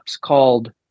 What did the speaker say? called